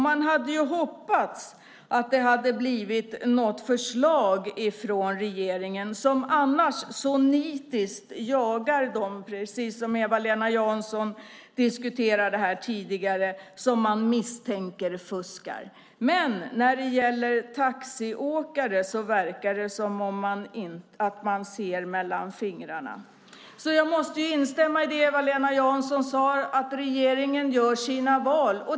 Man hade hoppats att det skulle komma något förslag från regeringen, som annars så nitiskt - precis som Eva-Lena Jansson diskuterade här tidigare - jagar dem man misstänker fuskar. När det gäller taxiåkare verkar det dock som att man ser mellan fingrarna. Jag måste alltså instämma i det Eva-Lena Jansson sade om att regeringen gör sina val.